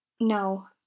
No